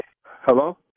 Hello